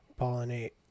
pollinate